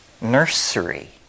nursery